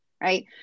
right